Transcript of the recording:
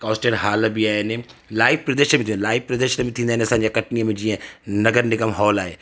constant hall बि आहिनि live प्रदर्शन बि थींदा आहिनि असांजे कटनीअ में जीअं नगर निगम हॉल आहे